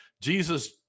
jesus